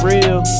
real